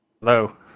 Hello